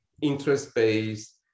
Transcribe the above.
interest-based